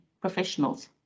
professionals